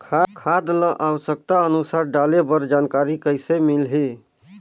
खाद ल आवश्यकता अनुसार डाले बर जानकारी कइसे मिलही?